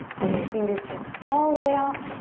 send the fingertips all the way out.